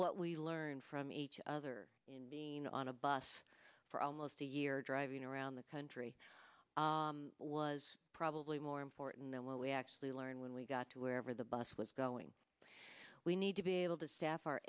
what we learn from each other being on a bus for almost a year driving around the country was probably more important than what we actually learned when we got to wherever the bus was going we need to be able to staff our